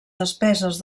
despeses